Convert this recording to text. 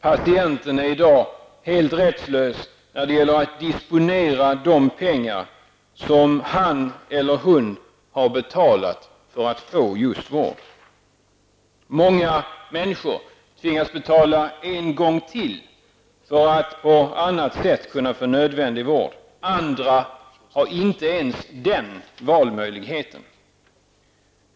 Patienten är i dag helt rättslös när det gäller att disponera de pengar som han eller hon har betalat för att få just vård. Många människor tvingas betala en gång till, för att få nödvändig vård på annat sätt. Andra har inte ens den valmöjligheten.